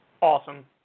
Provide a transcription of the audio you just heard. Awesome